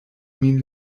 min